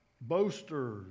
boasters